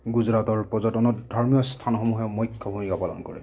গুজৰাটৰ পৰ্যটনত ধৰ্মীয় স্থানসমূহে মুখ্য ভূমিকা পালন কৰে